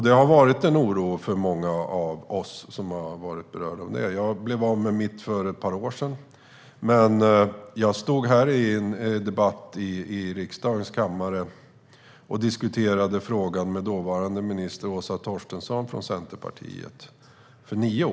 Det har varit en oro för många av oss som varit berörda. Jag blev själv av med mitt för ett par år sedan. Jag diskuterade frågan i en debatt här i riksdagens kammare för nio år sedan med dåvarande ministern, Åsa Torstensson från Centerpartiet.